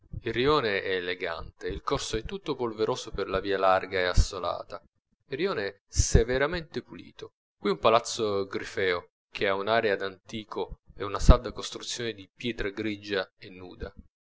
il rione è elegante il corso è tutto polveroso per la via larga e assolata il rione è severamente pulito qui un palazzo grifeo che ha un'aria d'antico e una salda costruzione di pietra grigia e nuda